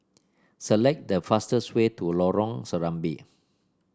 select the fastest way to Lorong Serambi